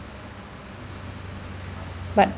but